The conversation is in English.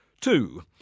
Two